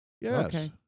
Yes